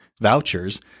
vouchers